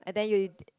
and then you